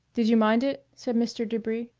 did you mind it? said mr. debris,